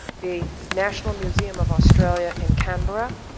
the national museum of australia in canberra,